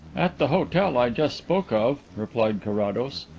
at the hotel i just spoke of, replied carrados,